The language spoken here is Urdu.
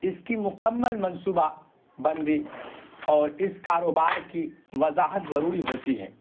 اس کی مکمل منصوبہ بندی اور اس کاروبار کی وضاحت ضروری ہوتی ہے